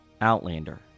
Outlander